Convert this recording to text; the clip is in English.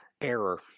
error